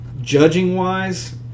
Judging-wise